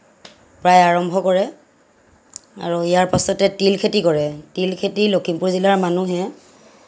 প্ৰায় আৰম্ভ কৰে আৰু ইয়াৰ পাছতে তিল খেতি কৰে তিল খেতি লখিমপুৰ জিলাৰ মানুহে